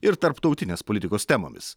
ir tarptautinės politikos temomis